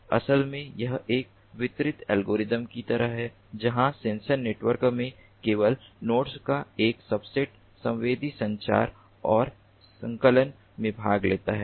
असल में यह एक वितरित एल्गोरिदम की तरह है जहां सेंसर नेटवर्क में केवल नोड्स का एक सबसेट संवेदी संचार और संकलन में भाग लेता है